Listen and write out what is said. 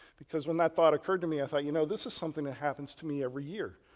because when that thought occurred to me, i thought, you know, this is something that happens to me every year.